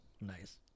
nice